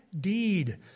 deed